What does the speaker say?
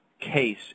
case